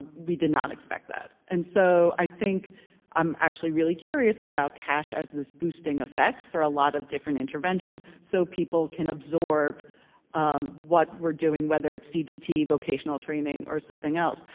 we did not expect that, and so i think i'm actually really curious about cash as this boosting effect for a lot of different interventions so people can absorb um what we're doing, whether it's cbt, vocational training, or something else,